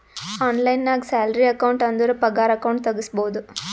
online ನಾಗ್ salary account ಅಂದುರ್ ಪಗಾರ ಅಕೌಂಟ್ ತೆಗುಸ್ಬೋದು